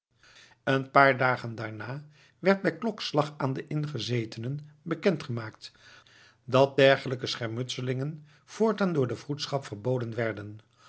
een paar dagen daarna werd bij klokslag aan de ingezetenen bekend gemaakt dat dergelijke schermutselingen voortaan door de vroedschap verboden werden